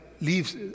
leaves